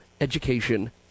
education